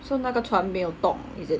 so 那个船没有动 is it